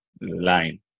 line